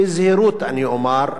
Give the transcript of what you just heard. בזהירות אני אומר,